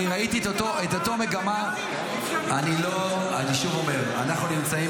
אני ראיתי את אותה מגמה --- זה מקריס את